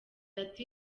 ati